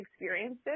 experiences